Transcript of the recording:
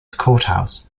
courthouse